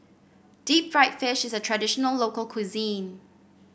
Deep Fried Fish is a traditional local cuisine